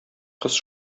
кыз